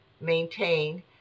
maintain